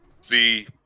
See